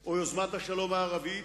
או יוזמת השלום הערבית,